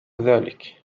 ذلك